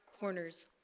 corners